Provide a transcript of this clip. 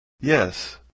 Yes